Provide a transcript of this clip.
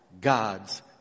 God's